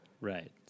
Right